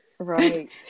Right